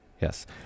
Yes